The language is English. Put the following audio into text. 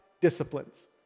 disciplines